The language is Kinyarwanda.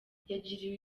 yagiriwe